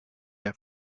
der